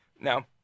Now